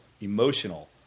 emotional